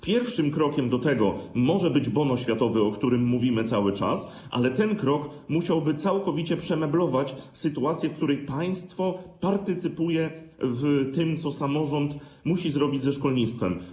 Pierwszym krokiem do tego może być bon oświatowy, o którym mówimy cały czas, ale ten krok musiałby całkowicie przemeblować sytuację, w której państwo partycypuje w tym, co samorząd musi zrobić ze szkolnictwem.